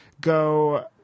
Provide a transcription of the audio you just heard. go